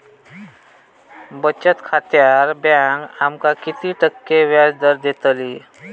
बचत खात्यार बँक आमका किती टक्के व्याजदर देतली?